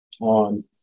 on